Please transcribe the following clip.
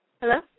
Hello